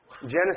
Genesis